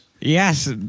yes